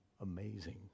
amazing